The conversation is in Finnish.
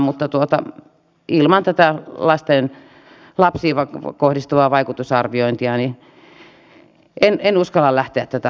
mutta ilman tätä lapsiin kohdistuvaa vaikutusarviointia en uskalla lähteä tätä hyväksymään